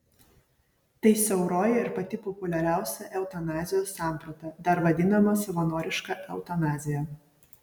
tai siauroji ir pati populiariausia eutanazijos samprata dar vadinama savanoriška eutanazija